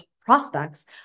prospects